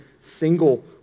single